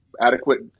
adequate